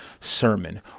sermon